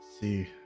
see